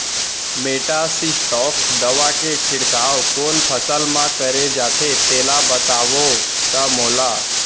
Metasystox दवा के छिड़काव कोन फसल म करे जाथे तेला बताओ त मोला?